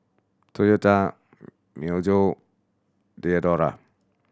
Toyota Myojo Diadora